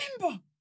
remember